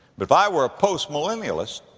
but if i were a post-millennialist,